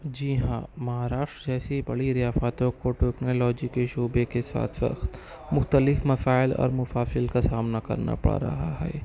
جی ہاں مہاراشٹر جیسی بڑی ریاستوں کو ٹیکنالوجی کے شعبے کے ساتھ ساتھ مختلف مسائل اور مفاصل کا سامنا كرنا پڑ رہا ہے